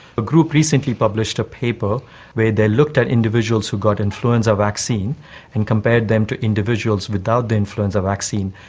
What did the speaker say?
a group recently published a paper where they looked at individuals who got influenza vaccine and compared them to individuals without the influenza vaccine,